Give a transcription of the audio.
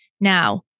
Now